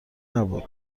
نبود